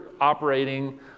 operating